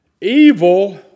Evil